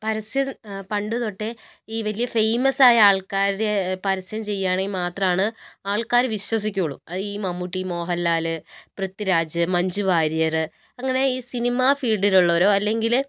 പരസ്യം പണ്ടു തൊട്ടേ ഈ വലിയ ഫേമസ് ആയ ആൾക്കാർ പരസ്യം ചെയ്യാണെങ്കിൽ മാത്രമാണ് ആൾക്കാർ വിശ്വസിക്കുള്ളു അതായത് ഈ മമ്മൂട്ടി മോഹൻലാൽ പ്രിഥ്വിരാജ് മഞ്ജു വാര്യർ അങ്ങനെ ഈ സിനിമ ഫീൽഡിലുള്ളവരൊ അല്ലെങ്കിൽ